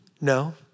no